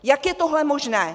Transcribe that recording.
Jak je tohle možné?